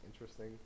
interesting